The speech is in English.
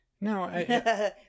No